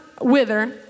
wither